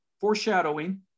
foreshadowing